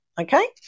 okay